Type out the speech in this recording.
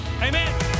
amen